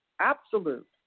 absolute